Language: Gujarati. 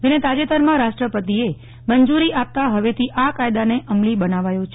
જેને તાજેતરમાં રાષ્ટ્રપતિએ મંજુરી આપતા હવેથી આ કાયદાને અમલી બનાવાયો છે